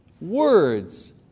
Words